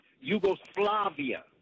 Yugoslavia